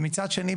ומצד שני,